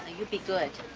you be good,